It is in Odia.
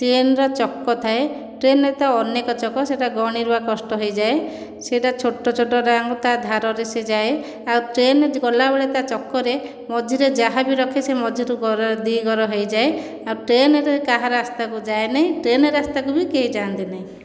ଟ୍ରେନର ଚକ ଥାଏ ଟ୍ରେନର ତ ଅନେକ ଚକ ସେଇଟା ଗଣିବା କଷ୍ଟ ହୋଇଯାଏ ସେଇଟା ଛୋଟ ଛୋଟ ସେ ତା ଧାରରେ ଯାଏ ଆଉ ଟ୍ରେନରେ ଗଲା ବେଳେ ତା ଚକରେ ମଝିରେ ଯାହା ବି ରଖେ ସେ ମଝିରୁ ଦୁଇ ଘର ହୋଇଯାଏ ଆଉ ଟ୍ରେନ କାହା ରାସ୍ତାକୁ ଯାଏ ନାହିଁ ଟ୍ରେନ ରାସ୍ତାକୁ ବି କେହି ଯାଆନ୍ତି ନାହିଁ